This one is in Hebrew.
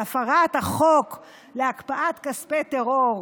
על הפרת החוק להקפאת כספי טרור,